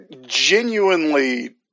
genuinely